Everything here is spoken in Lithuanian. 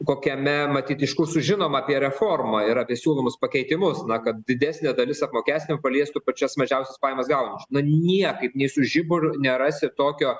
kokiame matyt iš kur sužinom apie reformą ir apie siūlomus pakeitimus na kad didesnė dalis apmokestinimų paliestų pačias mažiausias pajamas gaunančius na niekaip nei su žiburiu nerasi tokio